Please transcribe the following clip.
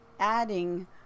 adding